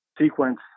sequence